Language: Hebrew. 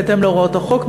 בהתאם להוראות החוק,